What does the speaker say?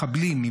מחבלים,